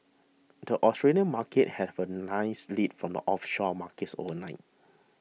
the Australian Markets have a nice lead from offshore markets overnight